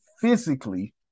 physically